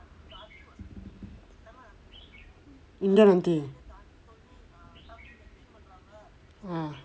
indian aunty ah